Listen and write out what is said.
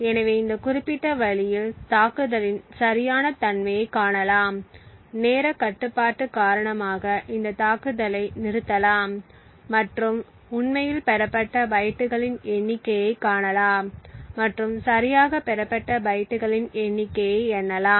எனவே இந்த குறிப்பிட்ட வழியில் தாக்குதலின் சரியான தன்மையைக் காணலாம் நேரக் கட்டுப்பாடு காரணமாக இந்த தாக்குதலை நிறுத்தலாம் மற்றும் உண்மையில் பெறப்பட்ட பைட்டுகளின் எண்ணிக்கையைக் காணலாம் மற்றும் சரியாக பெறப்பட்ட பைட்டுகளின் எண்ணிக்கையை எண்ணலாம்